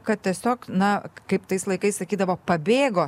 kad tiesiog na kaip tais laikais sakydavo pabėgo